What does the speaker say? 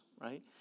right